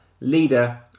leader